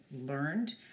learned